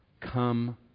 come